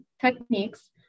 Techniques